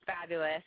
fabulous